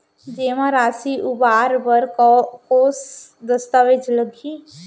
जेमा राशि उबार बर कोस दस्तावेज़ लागही?